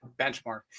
benchmark